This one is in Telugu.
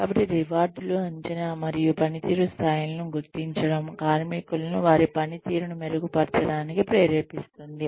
కాబట్టి రివార్డులు అంచనా మరియు పనితీరు స్థాయిలను గుర్తించడం కార్మికులను వారి పనితీరును మెరుగుపరచడానికి ప్రేరేపిస్తుంది